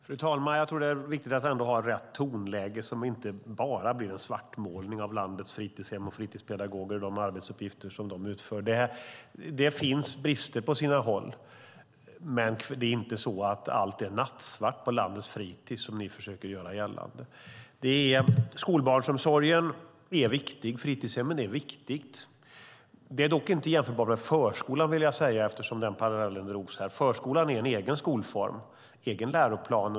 Fru talman! Det är viktigt att ha rätt tonläge så att det inte bara blir en svartmålning av landets fritidshem och fritidspedagoger och av de arbetsuppgifter som de utför. Det finns brister på sina håll, men allt är inte nattsvart på landets fritis, vilket man här försöker göra gällande. Skolbarnsomsorgen är viktig. Fritidshemmen är viktiga. Det är dock inte jämförbart med förskolan, vill jag säga eftersom den parallellen drogs. Förskolan är en egen skolform med egen läroplan.